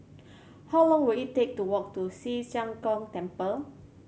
how long will it take to walk to Ci Zheng Gong Temple